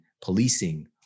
policing